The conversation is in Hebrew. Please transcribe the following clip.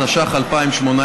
התשע"ח